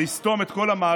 זה יסתום את כל המערכת.